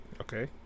Okay